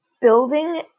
building